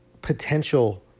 potential